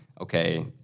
okay